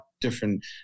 different